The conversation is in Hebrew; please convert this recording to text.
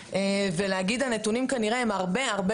ולהגיד שהנתונים כנראה הם הרבה-הרבה